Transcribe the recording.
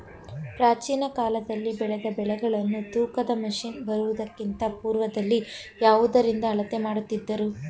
ಪ್ರಾಚೀನ ಕಾಲದಲ್ಲಿ ಬೆಳೆದ ಬೆಳೆಗಳನ್ನು ತೂಕದ ಮಷಿನ್ ಬರುವುದಕ್ಕಿಂತ ಪೂರ್ವದಲ್ಲಿ ಯಾವುದರಿಂದ ಅಳತೆ ಮಾಡುತ್ತಿದ್ದರು?